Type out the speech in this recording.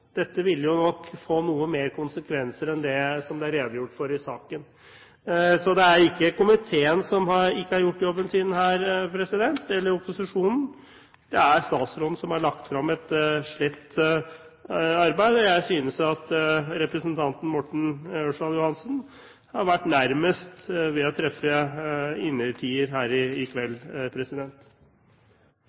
dette ville nok få noen flere konsekvenser enn det som det var redegjort for i saken. Så det er ikke komiteen – eller opposisjonen – som ikke har gjort jobben sin her. Det er statsråden som har lagt frem et slett arbeid, og jeg synes at representanten Morten Ørsal Johansen har vært den nærmeste til å treffe innertieren her i